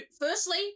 firstly